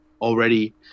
already